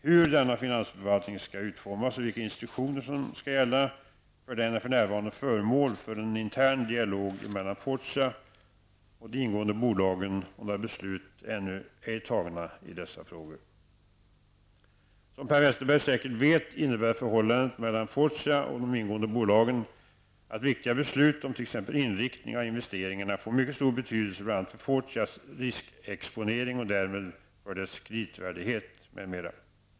Hur denna finansförvaltning skall utformas och vilka instruktioner som skall gälla för den är för närvarande föremål för en intern dialog mellan Fortia och de ingående bolagen och några beslut är ännu ej tagna i dessa frågor. Som Per Westerberg säkert vet innebär förhållandet mellan Fortia och de ingående bolagen att viktiga beslut om t.ex. inriktningen av investeringarna får mycket stor betydelse bl.a. för Fortias riskexponering och därmed för dess kreditvärdighet m.m.